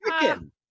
chicken